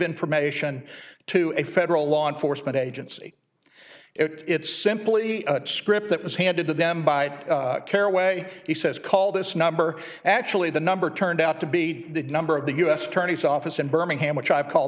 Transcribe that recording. information to a federal law enforcement agency it it's simply a script that was handed to them by caraway he says call this number actually the number turned out to be the number of the u s attorney's office in birmingham which i've called